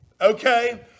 Okay